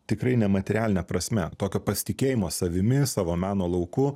tikrai ne materialine prasme tokio pasitikėjimo savimi savo meno lauku